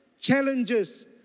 challenges